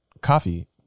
coffee